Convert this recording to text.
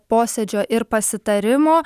posėdžio ir pasitarimo